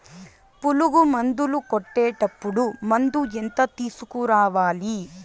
పులుగు మందులు కొట్టేటప్పుడు మందు ఎంత తీసుకురావాలి?